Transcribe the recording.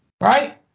right